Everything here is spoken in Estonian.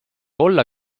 olla